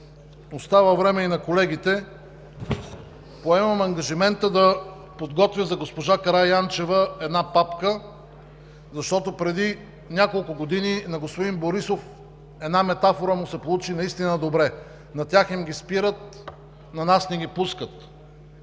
оставя време и на колегите, поемам ангажимента да подготвя за госпожа Караянчева една папка, защото преди няколко години на господин Борисов една метафора му се получи наистина добре: „На тях им ги спират, на нас ни ги пускат!“